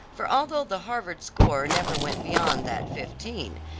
for although the harvard score never went beyond that fifteen,